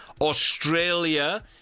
Australia